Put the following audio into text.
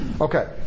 Okay